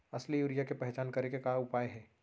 असली यूरिया के पहचान करे के का उपाय हे?